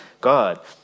God